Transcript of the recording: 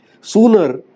Sooner